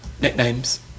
nicknames